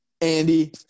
Andy